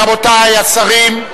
רבותי השרים,